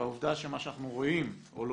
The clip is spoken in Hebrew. והעובדה שמה שאנחנו לומדים,